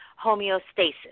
homeostasis